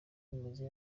bimeze